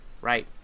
Right